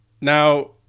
Now